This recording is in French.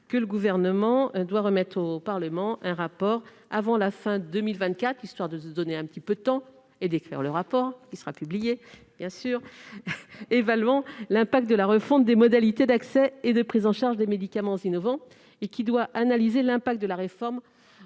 que le Gouvernement remette au Parlement un rapport avant la fin de 2024- histoire de se donner un petit peu de temps pour écrire le rapport -, qui sera publié, bien sûr, et qui sera censé évaluer l'impact de la refonte des modalités d'accès et de prise en charge des médicaments innovants et analyser l'impact de la réforme